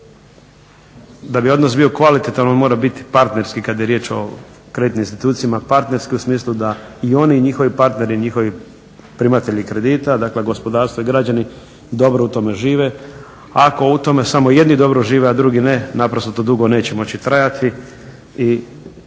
da bi odnos bio kvalitetan on mora biti partnerski kada je riječ o kreditnim institucijama, partnerski u smislu da i oni i njihovi partneri, njihovi primatelji kredita, dakle, gospodarstvo i građani dobro u tome žive. Ako u tome samo jedni dobro žive a drugi ne, naprosto to dugo neće moći trajati.